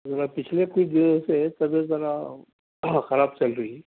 ذرا پچھلے کچھ دنوں سے طبیعت ذرا خراب چل رہی ہے